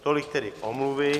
Tolik tedy omluvy.